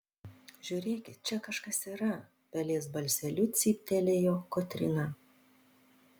žiūrėkit čia kažkas yra pelės balseliu cyptelėjo kotryna